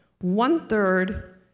one-third